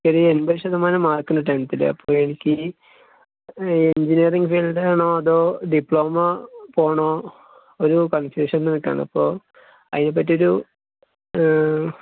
എനിക്കൊരു എൺപത് ശതമാനം മാർക്കുണ്ട് ടെൻത്തിൽ അപ്പോൾ എനിക്ക് എഞ്ചിനിയറിംഗ് ഫീൽഡ് ആണോ അതോ ഡിപ്ലോമ പോണോ ഒരു കൺഫ്യൂഷനിൽ നിൽക്കാണ് അപ്പോൾ അതിനെപ്പറ്റിയൊരു